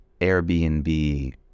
Airbnb